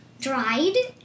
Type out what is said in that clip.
dried